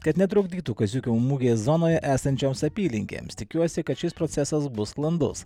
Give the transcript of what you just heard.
kad netrukdytų kaziuko mugės zonoje esančioms apylinkėms tikiuosi kad šis procesas bus sklandus